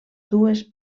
dues